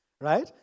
Right